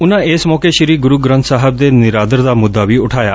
ਉਨੂਂ ਇਸ ਮੌਕੇ ਸ੍ਰੀ ਗੁਰੁ ਗ੍ਰੰਥ ਸਾਹਿਬ ਦੇ ਨਿਰਾਦਰ ਦਾ ਮੁੱਦਾ ਵੀ ਉਠਾਇਆ